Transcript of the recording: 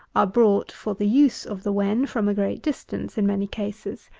are brought, for the use of the wen, from a great distance, in many cases.